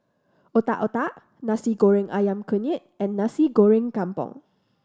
Otak Otak Nasi Goreng Ayam Kunyit and Nasi Goreng Kampung